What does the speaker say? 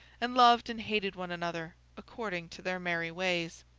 and loved and hated one another, according to their merry ways.